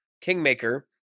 kingmaker